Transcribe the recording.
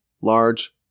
large